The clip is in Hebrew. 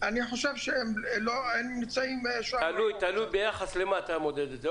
אני חושב שהם לא נמצאים --- תלוי ביחס למה אתה מודד את זה.